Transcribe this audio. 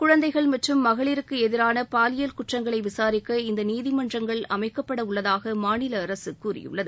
குழந்தைகள் மற்றும் மகளிருக்கு எதிரான பாலியல் குற்றங்களை விசாரிக்க இந்த நீதிமன்றங்கள் அமைக்கப்படவுள்ளதாக மாநில அரசு கூறியுள்ளது